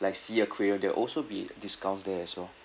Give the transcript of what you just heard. like SEA aquarium there will also be discounts there as well